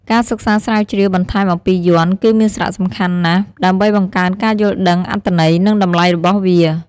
ការសិក្សាស្រាវជ្រាវបន្ថែមអំពីយ័ន្ត គឺមានសារៈសំខាន់ណាស់ ដើម្បីបង្កើនការយល់ដឹង អត្ថន័យ និងតម្លៃរបស់វា។